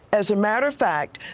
as a matter of fact,